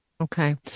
Okay